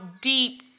deep